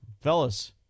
Fellas